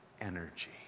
energy